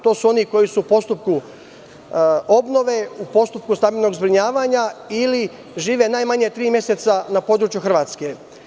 To su oni koji su u postupku obnove, u postupku stambenog zbrinjavanja ili žive najmanje tri meseca na području Hrvatske.